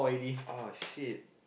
uh shit